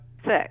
six